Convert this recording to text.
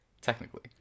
technically